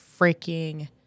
freaking